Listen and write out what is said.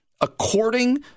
According